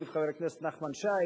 והגיב חבר הכנסת נחמן שי,